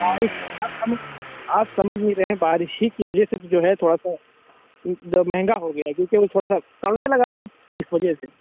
بارش آپ سمجھ نہیں رہے ہیں بارش ہی کی وجہ سے تو جو ہے تھوڑا سا جو مہنگا ہوگیا ہے کیونکہ وہ تھوڑا سا سڑنے لگا تھا اِس وجہ سے